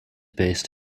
based